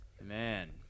man